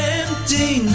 empty